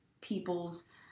people's